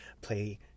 play